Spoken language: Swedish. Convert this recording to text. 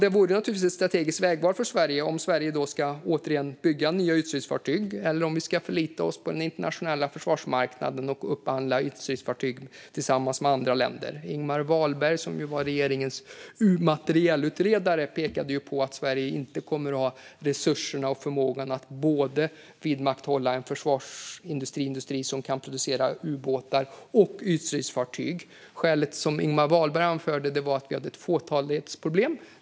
Det vore naturligtvis ett strategiskt vägval för Sverige om vi återigen ska bygga nya ytstridsfartyg eller om vi ska förlita oss på den internationella försvarsmarknaden och upphandla ytstridsfartyg tillsammans med andra länder. Ingemar Wahlberg, som var regeringens u-materielutredare, pekade på att Sverige inte kommer att ha resurser och förmåga att vidmakthålla en försvarsindustri som både kan producera ubåtar och ytstridsfartyg. Skälet som Ingemar Wahlberg anförde var att vi hade ett fåtalighetsproblem.